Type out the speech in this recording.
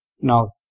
Now